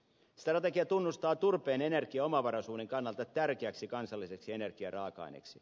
strategia tunnustaa turpeen energiaomavaraisuuden kannalta tärkeäksi kansalliseksi energiaraaka aineeksi